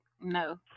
no